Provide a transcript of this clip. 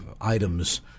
items